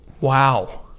Wow